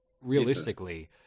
realistically